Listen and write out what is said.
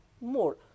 more